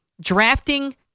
drafting